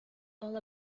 all